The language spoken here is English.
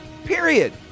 Period